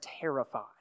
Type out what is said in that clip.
terrified